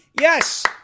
Yes